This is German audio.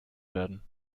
werden